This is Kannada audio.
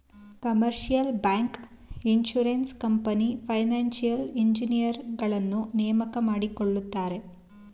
commercial bank, insurance company, financial ಇಂಜಿನಿಯರುಗಳನ್ನು ನೇಮಕ ಮಾಡಿಕೊಳ್ಳುತ್ತಾರೆ